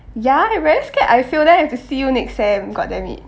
ya I very scared I fail then I have to see you next sem god damn it